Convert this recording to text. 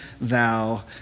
thou